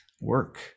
work